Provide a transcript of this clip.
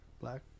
Black